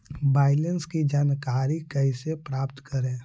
Balance की जानकारी कैसे प्राप्त करे?